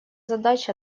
задач